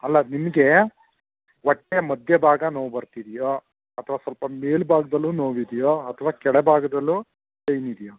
ಅಲ್ಲ ನಿಮಗೆ ಹೊಟ್ಟೆ ಮಧ್ಯ ಭಾಗ ನೋವು ಬರ್ತಿದೆಯೋ ಅಥ್ವಾ ಸ್ವಲ್ಪ ಮೇಲ್ಬಾಗ್ದಲ್ಲೂ ನೋವು ಇದೆಯೋ ಅಥ್ವಾ ಕೆಳಭಾಗದಲ್ಲೂ ಪೇಯ್ನ್ ಇದೆಯೊ